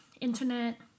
internet